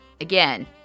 again